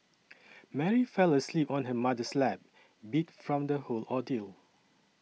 Mary fell asleep on her mother's lap beat from the whole ordeal